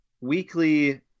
weekly